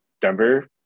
Denver